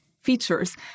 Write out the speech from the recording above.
features